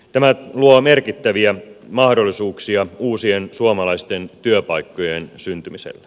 tämä luo merkittäviä mahdollisuuksia uusien suomalaisten työpaikkojen syntymiselle